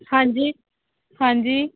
ਹਾਂਜੀ ਹਾਂਜੀ